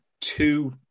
two